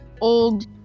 Old